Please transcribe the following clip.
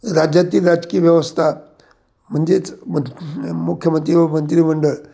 राज्यातील राजकीय व्यवस्था म्हणजेच म मुख्यमंत्री व मंत्रिमंडळ